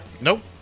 Nope